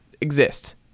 exist